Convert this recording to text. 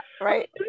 Right